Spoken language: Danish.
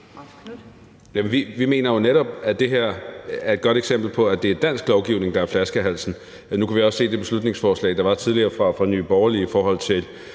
vi mener jo netop, at det her er et godt eksempel på, at det er dansk lovgivning, der er flaskehalsen. Nu kunne vi også se det i det beslutningsforslag, der var tidligere, fra Nye Borgerlige om